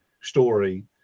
story